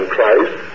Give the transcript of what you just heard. Christ